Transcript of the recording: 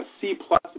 C-plus